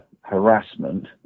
harassment